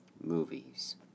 movies